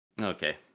Okay